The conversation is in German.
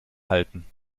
halten